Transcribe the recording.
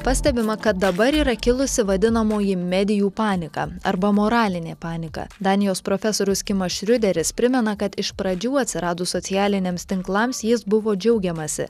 pastebima kad dabar yra kilusi vadinamoji medijų panika arba moralinė panika danijos profesorius kimas šriuderis primena kad iš pradžių atsiradus socialiniams tinklams jais buvo džiaugiamasi